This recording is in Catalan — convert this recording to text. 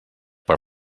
per